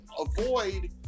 avoid